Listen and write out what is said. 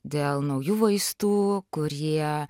dėl naujų vaistų kurie